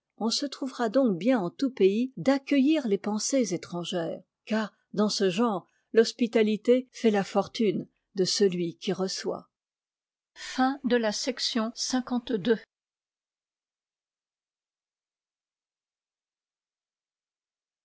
on se trouvera donc bien en tout pays d'accueillir les pensées étrangères car dans ce genre l'h ospitalité fait la fortune de celui qui reçoit chapitre xxxii